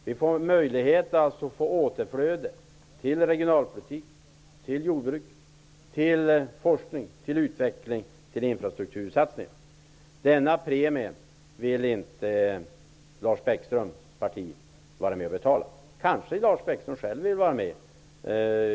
Vi får ett återflöde till regionalpolitiken, till jordbruket, till forskningen, till utvecklingen och till infrastruktursatsningarna. Premien för detta vill Lars Bäckströms parti inte vara med och betala. Kanske Lars Bäckström själv vill vara med?